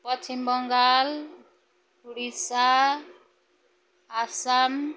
Paschim Bengal Odisha Assam